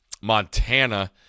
Montana